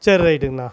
சரி ரைட்டுங்ணா